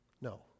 No